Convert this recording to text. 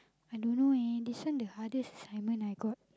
I don't know eh this one the hardest assignment I got